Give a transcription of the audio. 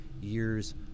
years